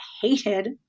hated